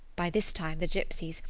by this time the gypsies,